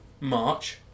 March